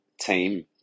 team